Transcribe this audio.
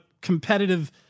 competitive